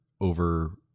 over